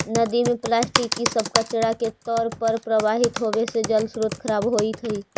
नदि में प्लास्टिक इ सब कचड़ा के तौर पर प्रवाहित होवे से जलस्रोत खराब होइत हई